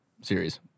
series